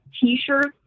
t-shirts